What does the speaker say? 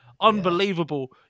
Unbelievable